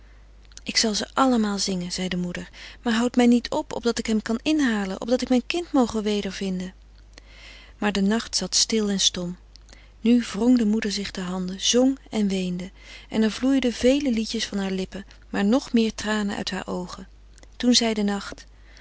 ik zal ze allemaal zingen zei de moeder maar houd mij niet op opdat ik hem kan inhalen opdat ik mijn kind moge wedervinden maar de nacht zat stil en stom nu wrong de moeder zich de handen zong en weende en er vloeiden vele liedjes van haar lippen maar nog meer tranen uit haar oogen toen zei de nacht